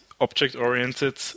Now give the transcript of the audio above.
object-oriented